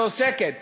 שעוסקת